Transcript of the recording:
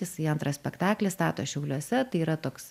jisai antrą spektaklį stato šiauliuose tai yra toks